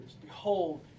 Behold